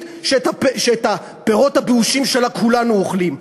שאת הפירות הבאושים שלה כולנו אוכלים,